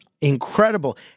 incredible